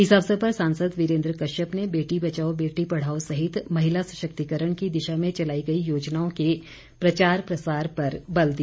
इस अवसर पर सांसद वीरेन्द्र कश्यप ने बेटी बचाओ बेटी पढ़ाओ सहित महिला सशक्तिकरण की दिशा में चलाई गई योजनाओं के प्रचार प्रसार पर बल दिया